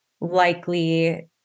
likely